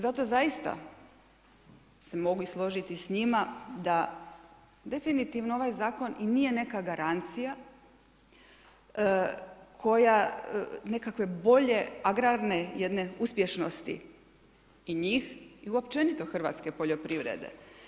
Zato zaista se mogu složiti s njima da definitivno ovaj zakon i nije neka garancija nekakve bolje agrarne jedne uspješnosti i njih i općenito hrvatske poljoprivrede.